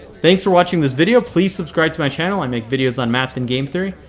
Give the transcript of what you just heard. thanks for watching this video, please subscribe to my channel i make videos on math and game theory.